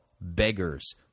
beggars